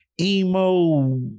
emo